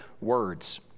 words